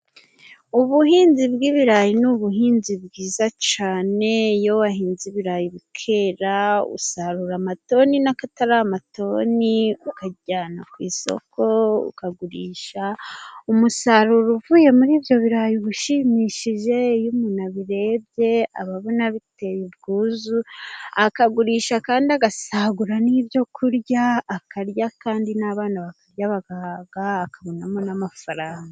Ubuhinzi bw'ibirayi ni ubuhinzi bwiza cyane iyo wahinze ibirayi bikera usarura amatoni n'akatara amatoni ukajyana ku isoko ukagurisha umusaruro uvuye muri ibyo birayi uba ushimishije iyo umuntu abirebye aba abona biteye ubwuzu akagurisha kandi agasagura n'ibyokurya akarya kandi n'abana bakarya bagabwa akabonamo n'amafaranga.